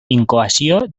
incoació